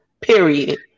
period